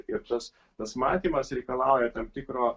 ir tas tas matymas reikalauja tam tikro